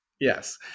Yes